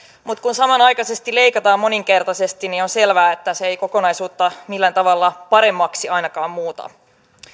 mutta kun samanaikaisesti leikataan moninkertaisesti niin on selvää että se ei kokonaisuutta millään tavalla paremmaksi ainakaan muuta